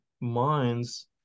minds